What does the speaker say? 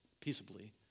peaceably